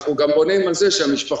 אנחנו גם בונים על זה שהמשפחות,